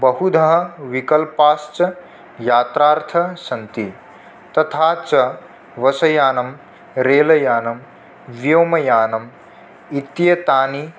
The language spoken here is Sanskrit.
बहुधा विकल्पाश्च यात्रार्थं सन्ति तथा च वसयानं रैल्यानं व्योमयानम् इत्येतानि